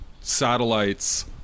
satellites